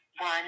One